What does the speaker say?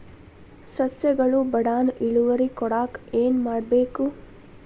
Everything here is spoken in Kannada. ಸಸ್ಯಗಳು ಬಡಾನ್ ಇಳುವರಿ ಕೊಡಾಕ್ ಏನು ಮಾಡ್ಬೇಕ್?